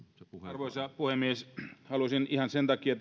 arvoisa puhemies halusin tähän asiaan reagoida ihan sen takia